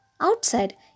outside